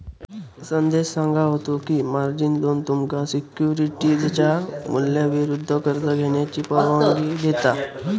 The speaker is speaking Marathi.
संदेश सांगा होतो की, मार्जिन लोन तुमका सिक्युरिटीजच्या मूल्याविरुद्ध कर्ज घेण्याची परवानगी देता